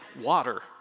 water